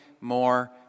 more